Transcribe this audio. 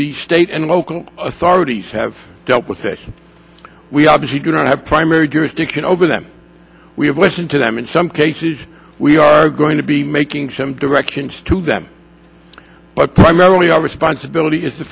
the state and local authorities have dealt with this we obviously do not have primary jurisdiction over them we have listen to them in some cases we are going to be making some directions to them but primarily our responsibility is the